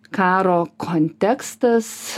karo kontekstas